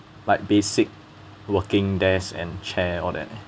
like basic working desk and chair all that